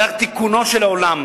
אלא רק תיקונו של העולם,